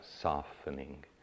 softening